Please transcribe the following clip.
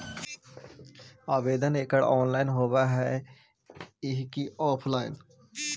आवेदन एकड़ ऑनलाइन होव हइ की ऑफलाइन?